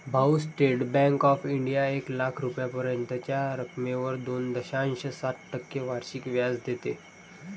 भाऊ, State Bank of India एक लाख रुपयांपर्यंतच्या रकमेवर दोन दशांश सात टक्के वार्षिक व्याज देते